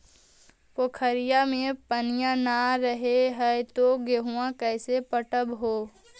पोखरिया मे पनिया न रह है तो गेहुमा कैसे पटअब हो?